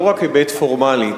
לא רק היבט פורמלי.